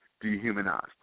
dehumanized